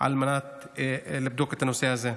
על מנת לבדוק את הנושא הזה.